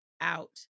out